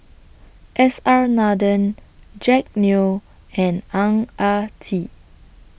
S R Nathan Jack Neo and Ang Ah Tee